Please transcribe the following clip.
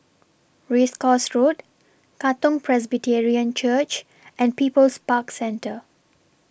Race Course Road Katong Presbyterian Church and People's Park Centre